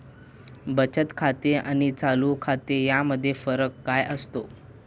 बचत खाते आणि चालू खाते यामध्ये फरक काय असतो?